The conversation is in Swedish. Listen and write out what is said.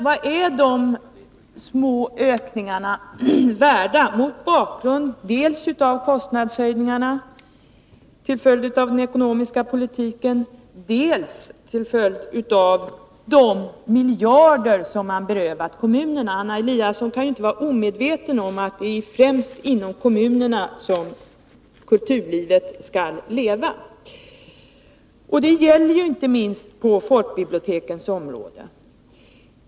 Vad är de små ökningarna värda, mot bakgrund dels av kostnadshöjningarna till följd av den ekonomiska politiken, dels av de miljarder som man berövat kommunerna? Anna Eliasson kan inte vara omedveten om att det är främst inom kommunerna som kulturlivet skall leva. Det gäller inte minst folkbibliotekens område.